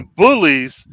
bullies